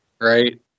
right